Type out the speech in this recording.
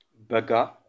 Baga